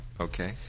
Okay